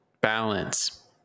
balance